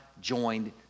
joined